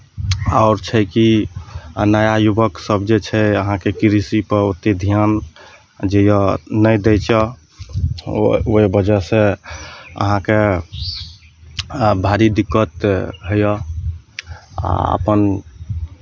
आओर छै कि नया युवकसभ जे छै अहाँकेँ कृषिपर ओतेक ध्यान जे यए नहि दै छह ओहि ओहि वजहसँ अहाँकेँ आ भारी दिक्क्त होइए आ अपन